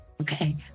Okay